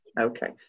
Okay